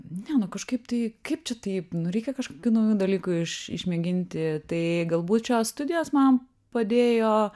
ne nu kažkaip tai kaip čia taip nu reikia kažkokių naujų dalykų iš išmėginti tai galbūt šios studijos man padėjo